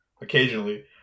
occasionally